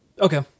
Okay